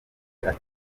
ati